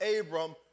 Abram